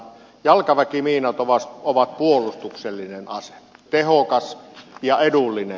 jalkaväkimiinat ovat puolustuksellinen ase tehokas ja edullinen